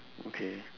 okay